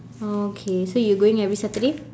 oh okay so you're going every saturday